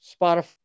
Spotify